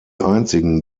einzigen